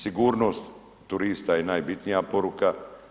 Sigurnost turista je najbitnija poruka.